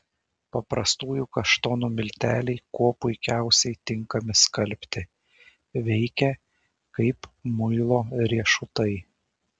paprastųjų kaštonų milteliai kuo puikiausiai tinkami skalbti veikia kaip muilo riešutai